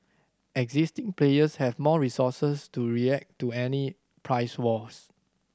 existing players have more resources to react to any price wars